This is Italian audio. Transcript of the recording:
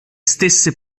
stesse